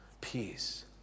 Peace